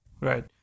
Right